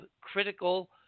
critical